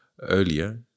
earlier